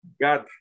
God